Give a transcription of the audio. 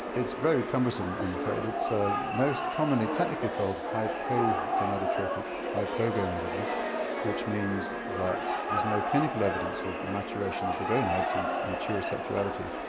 it's very cumbersome i'm afraid, it's ah most commonly technically called hypogonadotropic hypogonadism which means that there's no clinical evidence of maturation of the gonads and mature sexuality.